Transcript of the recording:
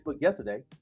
yesterday